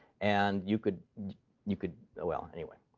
and you could you could well, anyway.